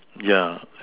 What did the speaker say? yeah